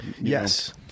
Yes